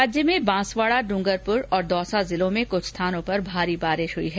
राज्य में बांसवाड़ा डूंगरपुर और दौसा जिले में कुछ स्थानों पर भारी बारिश हुई है